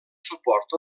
suport